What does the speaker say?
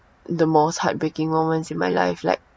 the most heartbreaking moments in my life like